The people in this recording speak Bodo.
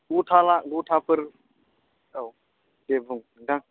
गथा ला गथाफोर औ दे बुं नोंथां